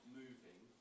moving